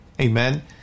Amen